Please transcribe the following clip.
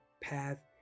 path